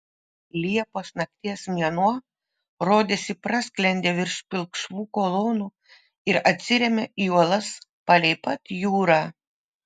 liepos nakties mėnuo rodėsi prasklendė virš pilkšvų kolonų ir atsirėmė į uolas palei pat jūrą